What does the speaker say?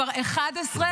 זה לשאת באחריות.